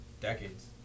decades